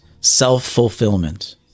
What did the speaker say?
self-fulfillment